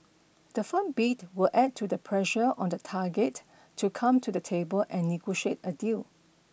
the firm bid will add to the pressure on the target to come to the table and negotiate a deal